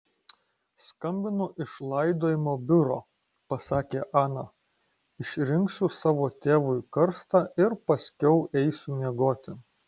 skambinu iš laidojimo biuro pasakė ana išrinksiu savo tėvui karstą ir paskiau eisiu miegoti